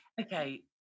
Okay